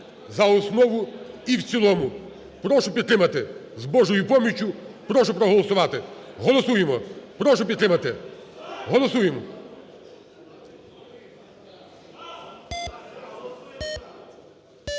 за основу і в цілому. Прошу підтримати. З Божою поміччю прошу проголосувати. Голосуємо. Прошу підтримати. Голосуємо.